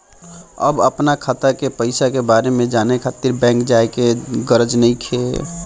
अब अपना खाता के पईसा के बारे में जाने खातिर बैंक जाए के गरज नइखे